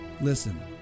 Listen